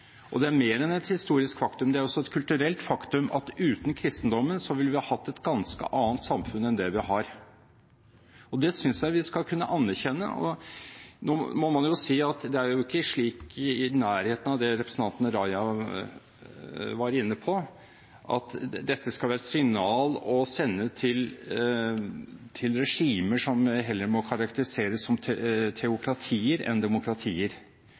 det er et historisk faktum – det er mer enn et historisk faktum; det er også et kulturelt faktum – at uten kristendommen ville vi hatt et ganske annet samfunn enn det vi har. Det synes jeg vi skal kunne erkjenne. Nå må man jo si at det er ikke i nærheten av det representanten Raja var inne på, at dette skal være et signal å sende til regimer som heller må karakteriseres som teokratier enn som demokratier,